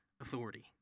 authority